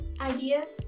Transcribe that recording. ideas